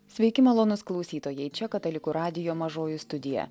sveiki malonūs klausytojai čia katalikų radijo mažoji studija